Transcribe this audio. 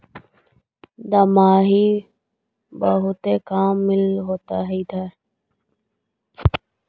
दमाहि बहुते काम मिल होतो इधर?